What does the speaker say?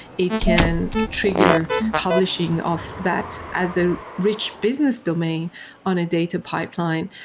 it can trigger publishing of that as a rich business domain on a data pipeline.